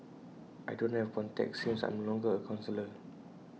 I don't have contacts since I am longer A counsellor